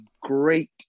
great